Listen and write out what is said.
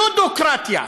יודוקרטיה,